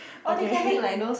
okay